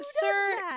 Sir